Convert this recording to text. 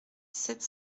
sept